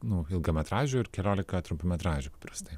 nu ilgametražių ir keliolika trumpametražių paprastai